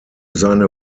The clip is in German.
seine